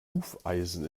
hufeisen